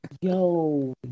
Yo